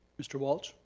mr. walsh?